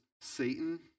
Satan